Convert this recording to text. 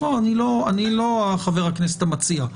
אני לא חבר הכנסת המציע.